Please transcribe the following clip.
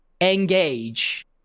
engage